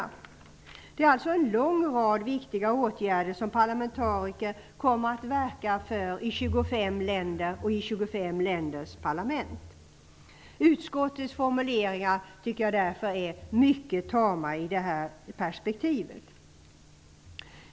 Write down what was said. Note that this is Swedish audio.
Det är alltså en lång rad viktiga åtgärder som parlamentariker kommer att verka för i 25 länder och i 25 länders parlament. Utskottets formuleringar tycker jag därför är mycket tama i det perspektivet.